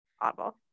audible